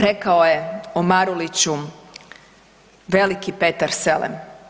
Rekao je o Maruliću veliki Petar Selem.